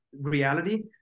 reality